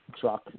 truck